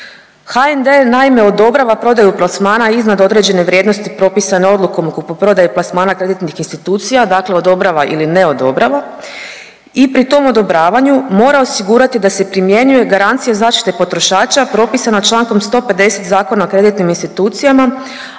HND naime odobrava prodaju plasmana iznad određene vrijednosti propisane odlukom o kupoprodaji plasmana kreditnih institucija dakle odobrava ili ne odobrava i pri tom odobravanju mora osigurati da se primjenjuje garancije zaštite potrošača propisana čl. 150. Zakona o kreditnim institucijama,